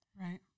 Right